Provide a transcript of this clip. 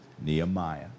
Nehemiah